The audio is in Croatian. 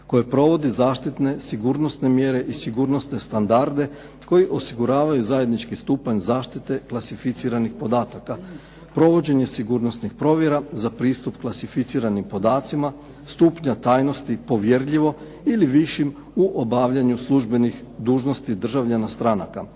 koje provodi zaštitne sigurnosne mjere i sigurnosne standarde koji osiguravaju zajednički stupanj zaštite klasificiranih podataka, provođenje sigurnosnih provjera za pristup klasificiranim podacima stupnja tajnosti povjerljivo ili višim u obavljanju službenih dužnosti državljana stranaka.